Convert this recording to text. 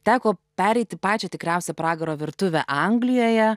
teko pereiti pačią tikriausią pragaro virtuvę anglijoje